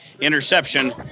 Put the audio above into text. interception